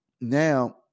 Now